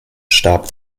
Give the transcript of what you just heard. starb